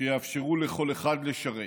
שיאפשרו לכל אחד לשרת.